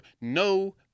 No